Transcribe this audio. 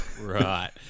Right